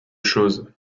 chose